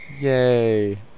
yay